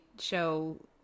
show